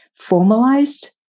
formalized